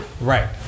Right